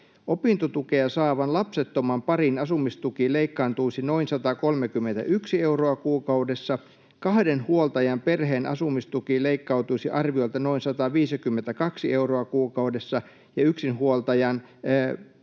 Opintotukea saavan lapsettoman parin asumistuki leikkaantuisi noin 131 euroa kuukaudessa, kahden huoltajan perheen asumistuki leikkautuisi arviolta noin 152 euroa kuukaudessa ja yksinhuoltajan noin